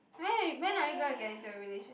when you when are you gonna get into a relation